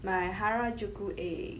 my harajuku egg